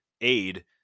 aid